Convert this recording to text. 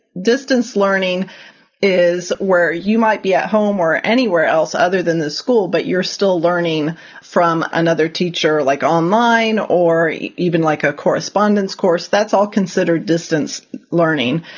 distance learning is where you might be at home or anywhere else other than the school. but you're still learning from another teacher, like online or even like a correspondence course that's all considered distance learning,